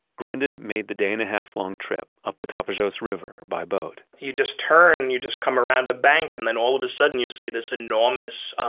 grandin made the day and a half long trip up the tapajos river by boat you just turn and you just come around a bank and then all of a sudden you see this enormous